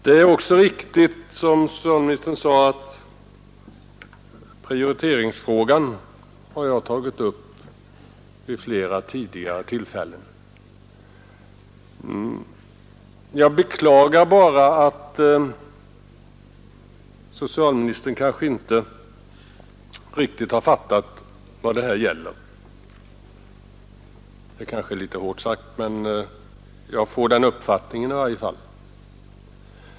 Det är också riktigt, som socialministern sade, att jag vid flera tidigare tillfällen tagit upp prioriteringsfrågan. Jag beklagar bara att socialministern kanske inte riktigt har fattat vad det här gäller. Det är måhända hårt sagt, men jag får den uppfattningen i varje fall.